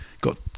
got